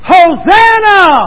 Hosanna